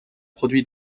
produit